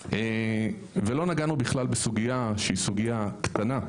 לא נגענו בכלל בסוגיה שהיא סוגיה קטנה,